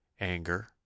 anger